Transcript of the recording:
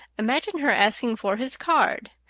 imagine her asking for his card,